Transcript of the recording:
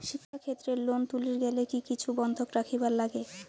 শিক্ষাক্ষেত্রে লোন তুলির গেলে কি কিছু বন্ধক রাখিবার লাগে?